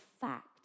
fact